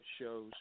shows